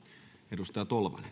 arvoisa herra